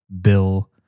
Bill